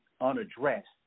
unaddressed